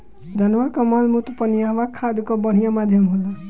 जानवर कअ मलमूत्र पनियहवा खाद कअ बढ़िया माध्यम होला